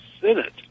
Senate